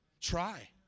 try